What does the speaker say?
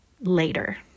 Later